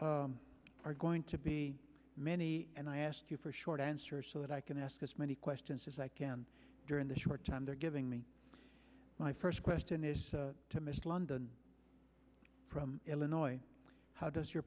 are going to be many and i asked you for short answers so that i can ask as many questions as i can during this short time they're giving me my first question is to miss london from illinois how does your